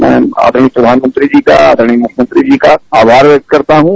मैं आदरणीय प्रघानमंत्री जी का आदरणीय मुख्यमंत्री जीह का आभार व्यक्त करता हूं